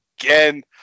again